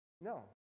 No